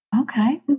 Okay